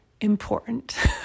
Important